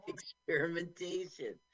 Experimentation